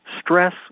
stress